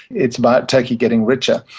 it's about turkey getting richer.